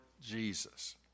Jesus